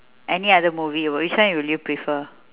any other movie which one would you prefer